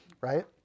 right